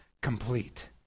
complete